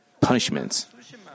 punishments